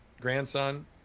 grandson